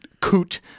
coot